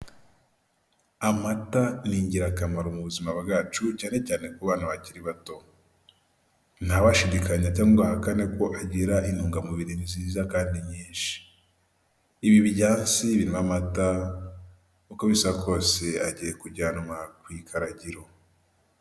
Amata ni ingirakamaro mu buzima bwacu cyane cyane ku bana bakiri bato, ntawashidikanya cyangwa ngo ahakane ko agira intungamubiri nziza kandi nyinshi, ibi byatsi birimo amata uko bisa kose agiye kujyanwa ku ikaragiro.